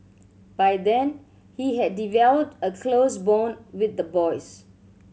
by then he had developed a close bond with the boys